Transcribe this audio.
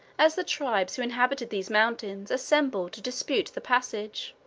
as the tribes who inhabited these mountains assembled to dispute the passage.